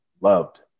loved